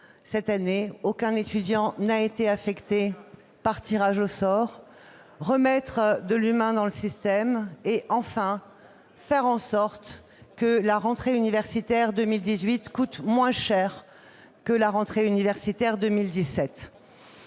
de n'affecter aucun étudiant par tirage au sort, de remettre de l'humain dans le système et de faire en sorte que la rentrée universitaire 2018 coûte moins cher que la rentrée universitaire 2017.